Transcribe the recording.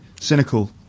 Cynical